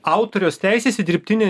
autoriaus teisės į dirbtinį